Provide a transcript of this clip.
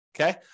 Okay